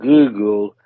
Google